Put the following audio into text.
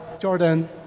Jordan